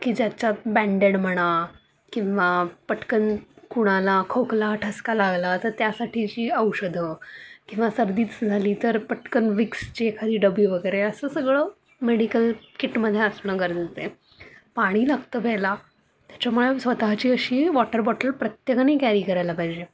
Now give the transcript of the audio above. की ज्याच्यात बँडेड म्हणा किंवा पटकन कुणाला खोकला ठसका लागला तर त्यासाठीची औषधं किंवा सर्दीच झाली तर पटकन विक्सचे एखादी डबी वगैरे असं सगळं मेडिकल किटमध्ये असणं गरजेचं आहे पाणी लागतं प्यायला त्याच्यामुळे स्वतःची अशी वॉटर बॉटल प्रत्येकाने कॅरी करायला पाहिजे